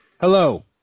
Hello